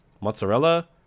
mozzarella